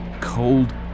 cold